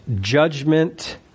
judgment